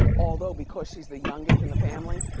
although, because she's the youngest in the family,